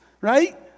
right